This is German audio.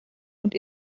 und